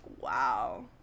wow